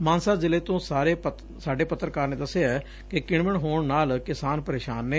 ਮਾਨਸਾ ਜਿਲ੍ਲੇ ਤੋਂ ਸਾਡੇ ਪੱਤਰਕਾਰ ਨੇ ਦੱਸਿਆ ਕਿ ਕਿਣ ਮਿਣ ਹੋਣ ਨਾਲ ਕਿਸਾਨ ਪਰੇਸ਼ਾਨ ਨੇ